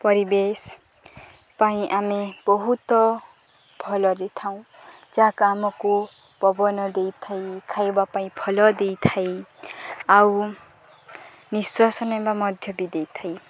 ପରିବେଶ ପାଇଁ ଆମେ ବହୁତ ଭଲ ଦେଇଥାଉଁ ଯାହାକି ଆାମକୁ ପବନ ଦେଇଥାଏ ଖାଇବା ପାଇଁ ଫଲ ଦେଇଥାଏ ଆଉ ନିଶ୍ୱାସ ନେବା ମଧ୍ୟ ବି ଦେଇଥାଏ